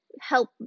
help